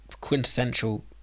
quintessential